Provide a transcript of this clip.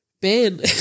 Ben